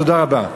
תודה רבה.